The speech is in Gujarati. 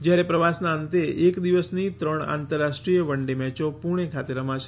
જ્યારે પ્રવાસના અંતે એક દિવસની ત્રણ આંતરરાષ્ટ્રીય વનડે મેચો પૂણે ખાતે રમાશે